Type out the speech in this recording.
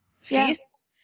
feast